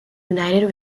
united